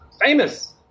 famous